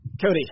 Cody